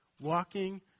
Walking